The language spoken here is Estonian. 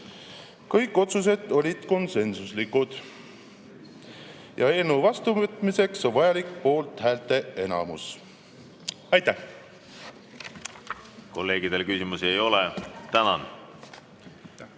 Kõik otsused olid konsensuslikud. Eelnõu vastuvõtmiseks on vajalik poolthäälte enamus. Aitäh!